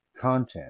content